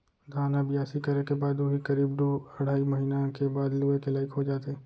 धान ह बियासी करे के बाद उही करीब दू अढ़ाई महिना के बाद लुए के लाइक हो जाथे